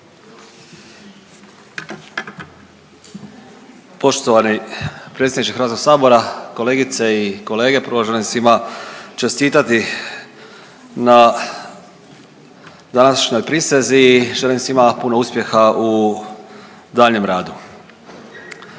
Poštovani predsjedniče HS-a, kolegice i kolege. Prvo želim svima čestitati na današnjoj prisezi i želim svima puno uspjeha u daljnjem radu.